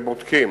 יושבים ובודקים.